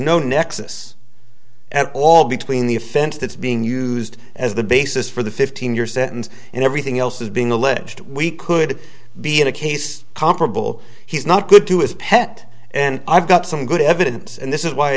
no nexus at all between the offense that's being used as the basis for the fifteen year sentence and everything else is being alleged we could be in a case comparable he's not good to his pet and i've got some good evidence and this is why i